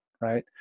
Right